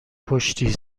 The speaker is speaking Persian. کشتی